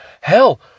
Hell